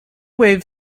wave